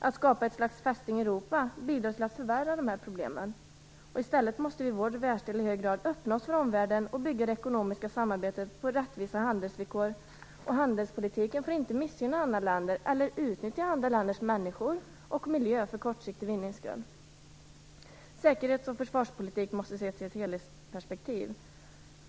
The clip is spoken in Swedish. Att skapa ett slags "Fästning Europa" bidrar till att förvärra dessa problem. I stället måste vi i vår världsdel i hög grad öppna oss för omvärlden och bygga det ekonomiska samarbetet på rättvisa handelsvillkor. Handelspolitiken får inte missgynna andra länder eller utnyttja andra länders människor och miljö för kortsiktig vinnings skull. Säkerhets och försvarspolitik måste ses i ett helhetsperspektiv.